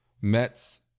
Mets